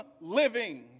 living